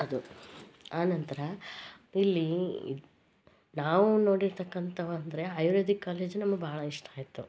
ಅದು ಆನಂತರ ಇಲ್ಲಿ ಇದು ನಾವು ನೋಡಿರ್ತಕ್ಕಂಥ ಅಂದರೆ ಆಯುರ್ವೇದಿಕ್ ಕಾಲೇಜು ನಮಗೆ ಬಹಳ ಇಷ್ಟ ಆಯಿತು